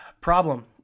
problem